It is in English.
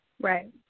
Right